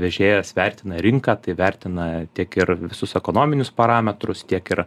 vežėjas vertina rinką tai vertina tiek ir visus ekonominius parametrus tiek ir